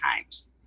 times